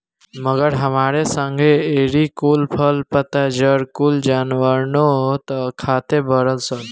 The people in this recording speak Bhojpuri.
मगर हमरे संगे एही कुल फल, पत्ता, जड़ कुल जानवरनो त खाते बाड़ सन